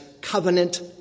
covenant